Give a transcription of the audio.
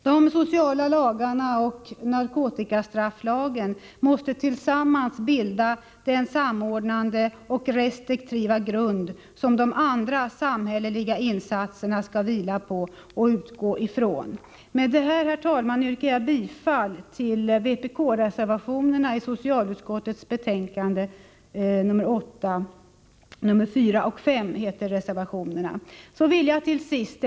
De sociala lagarna och narkotikastrafflagen måste tillsammans bilda den samordnande och restriktiva grund som de andra samhälleliga insatserna skall vila på och utgå ifrån. Med detta, herr talman, yrkar jag bifall till vpk:s reservationer 4 och 5 till socialutskottets betänkande nr 8.